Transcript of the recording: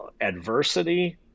adversity